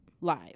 Live